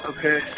Okay